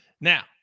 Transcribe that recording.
Now